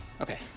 Okay